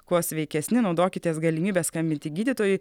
kuo sveikesni naudokitės galimybe skambinti gydytojui